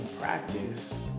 practice